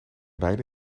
beide